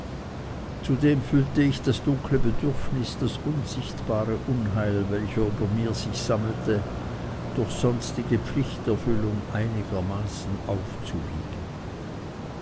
zudem fühlte ich das dunkle bedürfnis das unsichtbare unheil welches über mir sich sammelte durch sonstige pflichterfüllung einigermaßen aufzuwiegen